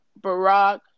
Barack